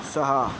सहा